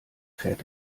fährt